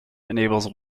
enables